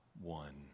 one